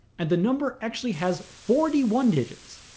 and the number actually has forty one digits.